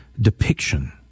depiction